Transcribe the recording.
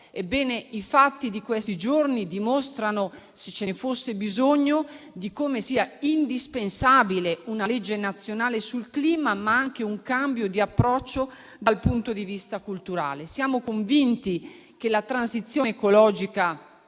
i fatti di questi giorni dimostrano, se ce ne fosse bisogno, di come siano indispensabili una legge nazionale sul clima, ma anche un cambio di approccio dal punto di vista culturale. Siamo convinti che la transizione ecologica